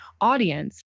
audience